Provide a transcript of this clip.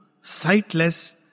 sightless